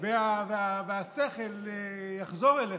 והשכל יחזור אליכם,